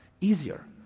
easier